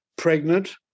pregnant